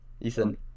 Ethan